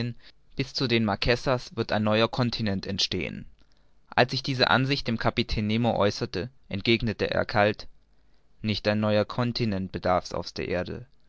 bis zu den marquesas wird ein neuer continent entstehen als ich diese ansicht dem kapitän nemo äußerte entgegnete er kalt nicht neuer continente bedarf's auf der erde